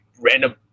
random